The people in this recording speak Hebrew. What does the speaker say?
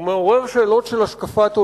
הוא מעורר שאלות של השקפת עולם,